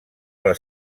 les